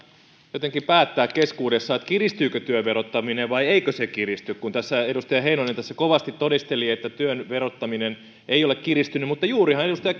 jotenkin päättää keskuudessaan kiristyykö työn verottaminen vai eikö se kiristy tässä edustaja heinonen kovasti todisteli että työn verottaminen ei ole kiristynyt mutta juurihan edustaja